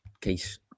case